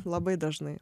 labai dažnai